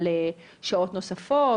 על שעות נוספות,